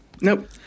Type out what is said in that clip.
Nope